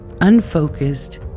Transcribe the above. unfocused